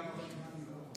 כן.